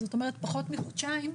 זאת אומרת פחות מחודשיים,